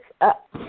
up